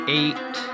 eight